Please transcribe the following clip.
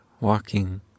walking